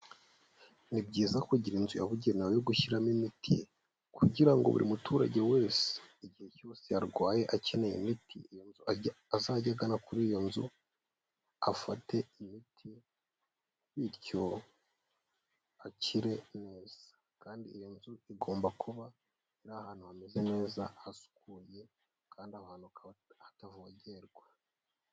Nibyiza kugira inzu yabugenewe yo gushyiramo imiti kugira ngo buri muturage wese igihe cyose yarwaye akeneye imiti azajye agana kuri iyo nzu afate imiti bityo akire neza. Kandi iyo nzu igomba kuba iri ahantu hameze neza hasukuye kandi aho hantu hakaba hatavogerwa.